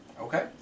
Okay